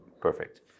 perfect